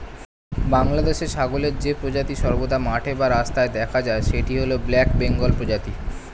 বাংলাদেশে ছাগলের যে প্রজাতি সর্বদা মাঠে বা রাস্তায় দেখা যায় সেটি হল ব্ল্যাক বেঙ্গল প্রজাতি